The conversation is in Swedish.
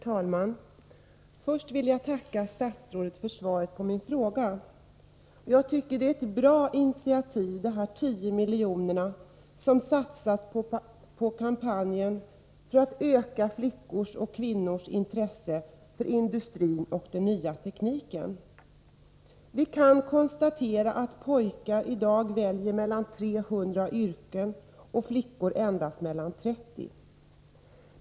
Herr talman! Först vill jag tacka statsrådet för svaret på min fråga. Det är ett bra initiativ att 10 milj.kr. har satsats på en kampanj för att öka flickors och kvinnors intresse för industrin och den nya tekniken. Vi kan konstatera att pojkar i dag väljer mellan 300 yrken, flickor mellan endast 30.